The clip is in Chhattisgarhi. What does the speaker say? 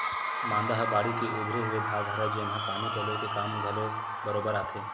मांदा ह बाड़ी के उभरे हुए भाग हरय, जेनहा पानी पलोय के काम घलो बरोबर आथे